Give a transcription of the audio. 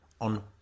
on